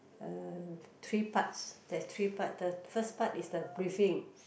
uh three parts there's three part the first part is the briefing